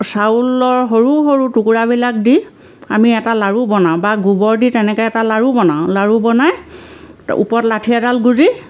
চাউলৰ সৰু সৰু টুকুৰাবিলাক দি আমি এটা লাৰু বনাওঁ বা গোবৰ দি তেনেকে এটা লাৰু বনাওঁ লাৰু বনাই ওপৰত লাঠি এডাল গুজি